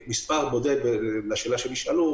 בתשובה לשאלה שנשאלה,